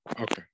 okay